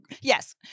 yes